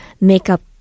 makeup